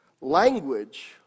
Language